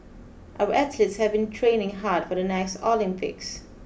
our athletes have been training hard for the next Olympics